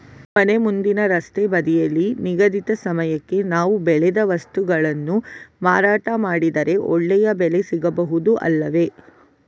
ಮನೆ ಮುಂದಿನ ರಸ್ತೆ ಬದಿಯಲ್ಲಿ ನಿಗದಿತ ಸಮಯಕ್ಕೆ ನಾವು ಬೆಳೆದ ವಸ್ತುಗಳನ್ನು ಮಾರಾಟ ಮಾಡಿದರೆ ಒಳ್ಳೆಯ ಬೆಲೆ ಸಿಗಬಹುದು ಅಲ್ಲವೇ?